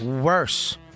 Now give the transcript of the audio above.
worse